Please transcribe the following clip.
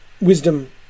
Wisdom